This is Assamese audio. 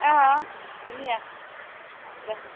অঁ ধুনিয়া মজা